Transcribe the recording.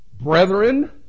brethren